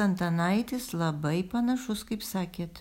antanaitis labai panašus kaip sakėt